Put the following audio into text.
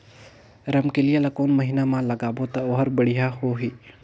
रमकेलिया ला कोन महीना मा लगाबो ता ओहार बेडिया होही?